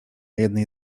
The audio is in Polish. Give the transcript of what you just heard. jednej